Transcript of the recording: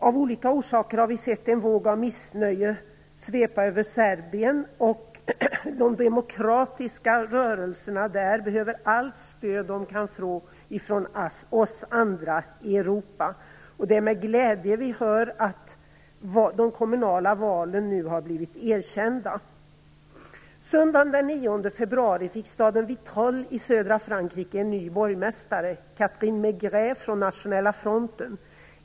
Av olika orsaker har vi sett en våg av missnöje svepa över Serbien, och de demokratiska rörelserna där behöver allt stöd de kan få från oss andra i Europa. Det är med glädje vi hör att de kommunala valen nu har blivit erkända. Söndagen den 9 februari fick staden Vitrolles i södra Frankrike en ny borgmästare, Cathérine Mégret från Nationella fronten.